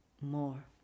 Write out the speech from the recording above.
more